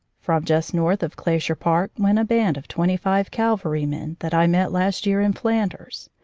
from just north of glacier park went a band of twenty-five cavalry men that i met last year in flanders.